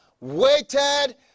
waited